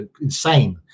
insane